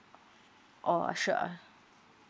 orh sure